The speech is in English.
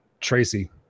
Tracy